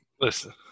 Listen